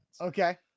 Okay